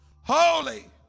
Holy